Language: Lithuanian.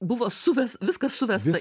buvo suves viskas suvesta